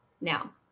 now